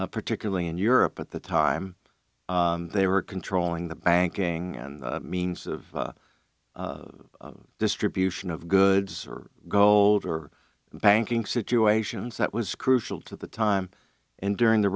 was particularly in europe at the time they were controlling the banking and means of distribution of goods or gold or banking situations that was crucial to the time and during the